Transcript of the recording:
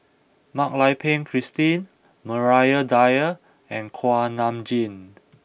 Mak Lai Peng Christine Maria Dyer and Kuak Nam Jin